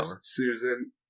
Susan